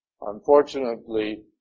Unfortunately